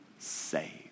saved